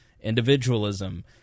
Individualism